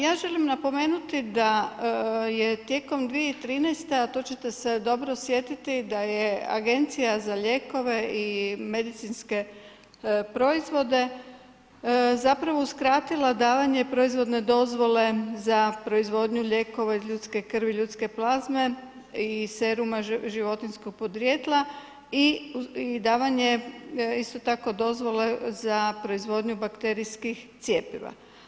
Ja želim napomenuti da je tijekom 2013., a to ćete se dobro sjetiti da je Agencija za lijekove i medicinske proizvode zapravo uskratila davanje proizvodne dozvole za proizvodnju lijekova iz ljudske krvi, ljudske plazme i seruma životinjskog podrijetla i davanje isto tako dozvole za proizvodnju bakterijskih cjepiva.